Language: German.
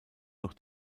noch